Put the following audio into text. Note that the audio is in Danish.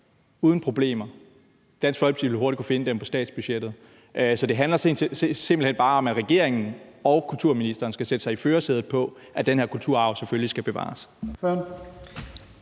uden problemer. Dansk Folkeparti ville hurtigt kunne finde dem på statsbudgettet. Så det handler simpelt hen bare om, at regeringen og kulturministeren skal sætte sig i førersædet, i forhold til at den her kulturarv selvfølgelig skal bevares.